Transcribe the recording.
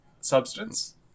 substance